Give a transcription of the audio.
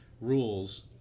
rules